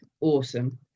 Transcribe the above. awesome